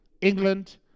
England